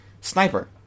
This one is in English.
sniper